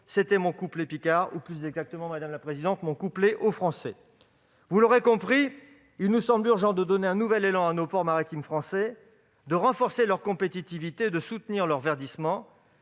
C'était mon couplet picard ou plus exactement, madame la présidente, mon couplet haut-français ... Vous l'aurez compris, il nous semble urgent de donner un nouvel élan à nos ports maritimes français, de renforcer leur compétitivité et de soutenir leur verdissement.